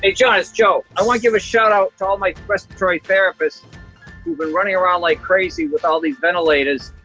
ah john, it's joe. i want to give a shout out to all my respiratory therapists who've been running around like crazy with all these ventilators.